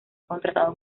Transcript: contratado